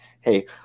hey